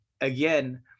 again